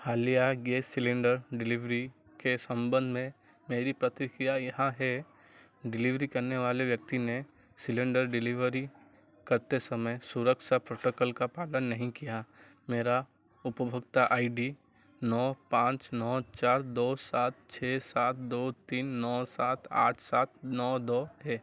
हालिया gas cylinder delivery के संबंध में मेरी प्रतिक्रिया यहाँ है डिलीवरी करने वाले व्यक्ति ने सिलेंडर डिलेवरी करते समय सुरक्षा प्रोटोकॉल का पालन नहीं किया मेरा उपभोक्ता आई डी नौ पाँच नौ चार दो सात छः सात दो तीन नौ सात आठ सात नौ दो है